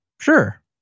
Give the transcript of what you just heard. sure